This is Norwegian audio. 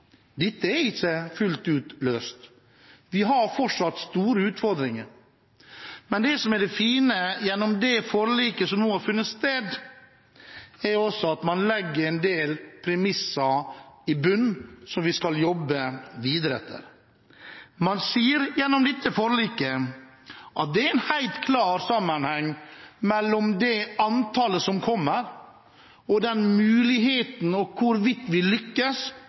Dette er ikke løst fullt ut. Vi har fortsatt store utfordringer, men det som er fint med det forliket som nå har funnet sted, er også at man legger en del premisser i bunnen som vi skal jobbe videre etter. Man sier gjennom dette forliket at det er en helt klar sammenheng mellom det antallet som kommer, og muligheten for hvorvidt vi lykkes